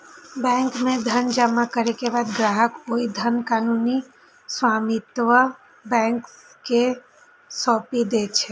bank मे धन जमा करै के बाद ग्राहक ओइ धनक कानूनी स्वामित्व बैंक कें सौंपि दै छै